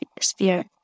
sphere